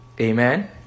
Amen